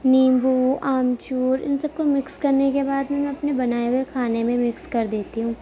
نیمبو آمچور ان سب کو مکس کرنے کے بعد میں اپنے بنائے ہوئے کھانے میں مکس کر دیتی ہوں